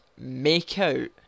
Makeout